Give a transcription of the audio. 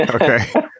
Okay